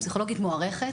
פסיכולוגית מוערכת,